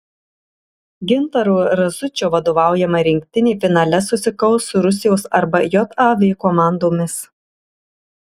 gintaro razučio vadovaujama rinktinė finale susikaus su rusijos arba jav komandomis